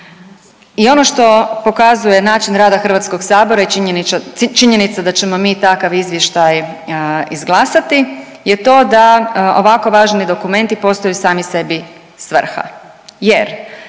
I ono što pokazuje način rada Hrvatskog sabora i činjenica da ćemo mi takav izvještaj izglasati je to da ovako važni dokumenti postaju sami sebi svrha